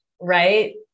Right